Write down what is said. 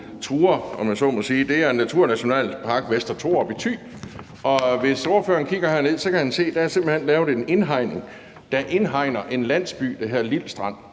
Det er naturnationalpark Vester Thorup i Thy. Hvis ordføreren kigger herned, kan han se, at der simpelt hen er lavet en indhegning, der indhegner en landsby, der hedder Lild Strand,